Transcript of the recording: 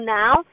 now